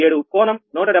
47 కోణం 175